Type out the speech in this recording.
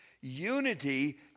Unity